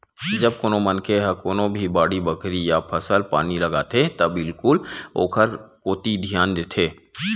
जब कोनो मनखे ह कोनो भी बाड़ी बखरी या फसल पानी लगाथे त बिल्कुल ओखर कोती धियान देथे